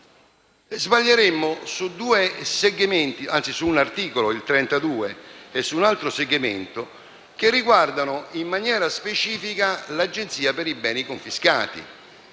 anzi su un articolo, il 32, e su un altro segmento, che riguardano in maniera specifica l'Agenzia per i beni confiscati.